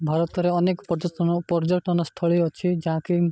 ଭାରତରେ ଅନେକ ପର୍ଯ୍ୟଟନ ପର୍ଯ୍ୟଟନସ୍ଥଳୀ ଅଛି ଯାହାକି